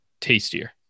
tastier